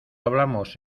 hablamos